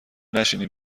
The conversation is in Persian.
نشینین